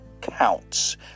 counts